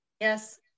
Yes